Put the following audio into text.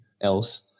else